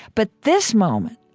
but this moment,